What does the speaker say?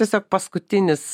tiesiog paskutinis